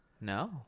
no